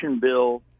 bill